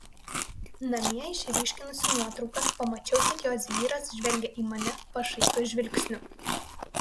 namie išryškinusi nuotraukas pamačiau kad jos vyras žvelgia į mane pašaipiu žvilgsniu